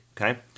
okay